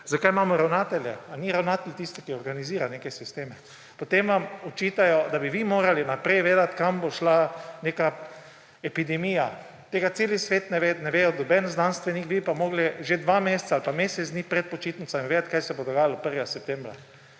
zakaj imamo ravnatelje. Ali ni ravnatelj tisti, ki organizira neke sisteme? Potem vam očitajo, da bi vi morali vnaprej vedeti, kaj bo šla neka epidemija. Tega cel svet ne ve, ne ve noben znanstvenik, vi bi pa morali že dva meseca ali pa mesec dni pred počitnicami vedeti, kaj se bo dogajalo 1. septembra.